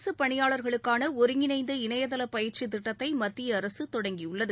அரசு பணியாளர்களுக்கான ஒருங்கிணைந்த இணையதள பயிற்சி திட்டத்தை மத்திய அரசு தொடங்கி உள்ளது